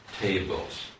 tables